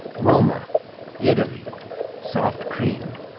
roma italy soft cream.